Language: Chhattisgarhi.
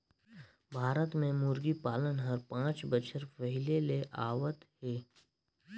भारत में मुरगी पालन हर पांच बच्छर पहिले ले होवत आत हे